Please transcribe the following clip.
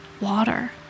water